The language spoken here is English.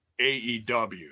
AEW